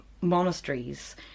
monasteries